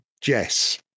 Jess